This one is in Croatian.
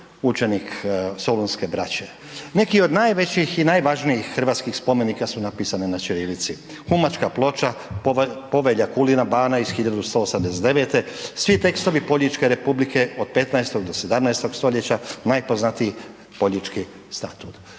učenik solunske braće. Neki od najvećih i najvažnijih hrvatskih spomenika su napisane na ćirilici, Humačka ploča, Povelja Kulina bana 1189., svi tekstovi Poljičke Republike od 15. do 17. stoljeća, najpoznatiji Poljički statut.